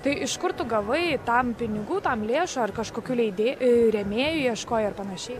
tai iš kur tu gavai tam pinigų tam lėšų ar kažkokių leidė e rėmėjų ieškojai ar panašiai